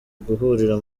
guhurira